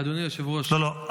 אדוני היושב-ראש --- לא, לא.